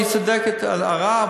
היא צודקת בהערה,